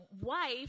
wife